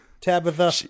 Tabitha